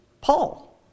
Paul